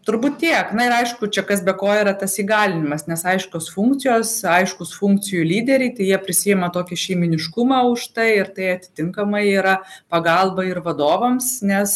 turbūt tiek na ir aišku čia kas be ko yra tas įgalinimas nes aiškios funkcijos aiškūs funkcijų lyderiai tai jie prisiima tokį šeimyniškumą už tai ir tai atitinkamai yra pagalba ir vadovams nes